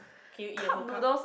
can you eat a whole cup